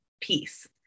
piece